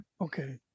Okay